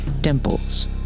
Dimples